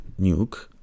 nuke